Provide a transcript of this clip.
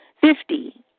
Fifty